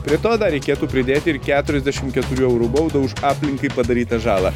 prie to dar reikėtų pridėti ir keturiasdešimt keturių eurų baudą už aplinkai padarytą žalą